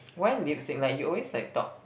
why lipstick like you always like talk